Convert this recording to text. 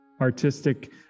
artistic